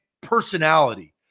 personality